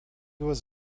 was